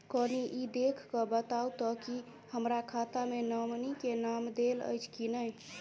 कनि ई देख कऽ बताऊ तऽ की हमरा खाता मे नॉमनी केँ नाम देल अछि की नहि?